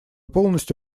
полностью